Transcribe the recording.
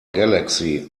galaxy